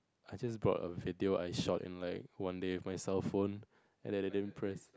I just brought a video I shot in like one day with my cellphone and then I didn't press